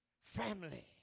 family